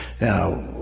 Now